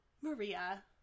Maria